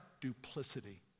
Duplicity